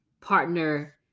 partner